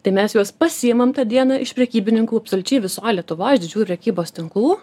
tai mes juos pasiimam tą dieną iš prekybininkų absoliučiai visoj lietuvoj iš didžiųjų prekybos tinklų